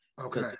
Okay